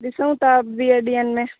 ॾिसूं था वीह ॾींहनि में